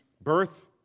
birth